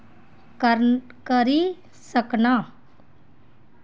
करी सकनां